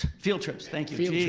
field trips, thank you. field yeah